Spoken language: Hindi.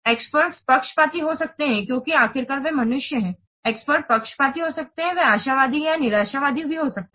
एक्सपर्ट्स पक्षपाती हो सकते हैं क्योंकि आखिरकार वे मनुष्य हैं एक्सपर्ट्स पक्षपाती हो सकते हैं वे आशावादी या निराशावादी हो सकते हैं